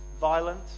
violent